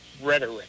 rhetoric